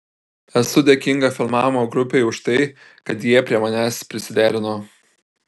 esu dėkinga filmavimo grupei už tai kad jie prie manęs prisiderino